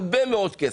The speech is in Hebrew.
הרבה מאוד כסף.